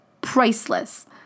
priceless